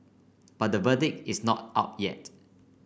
but the verdict is not out yet